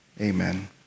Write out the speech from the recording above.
Amen